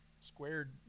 Squared